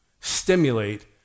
stimulate